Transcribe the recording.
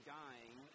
dying